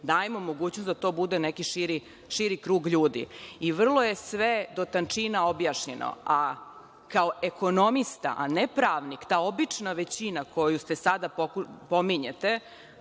dajemo mogućnost da to bude neki širi krug ljudi. Vrlo je sve do tančina objašnjeno, a kao ekonomista, ne kao pravnik, ta obična većina koju sada pominjete